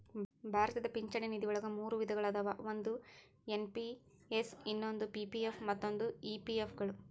ಭಾರತದ ಪಿಂಚಣಿ ನಿಧಿವಳಗ ಮೂರು ವಿಧಗಳ ಅದಾವ ಒಂದು ಎನ್.ಪಿ.ಎಸ್ ಇನ್ನೊಂದು ಪಿ.ಪಿ.ಎಫ್ ಮತ್ತ ಇ.ಪಿ.ಎಫ್ ಗಳು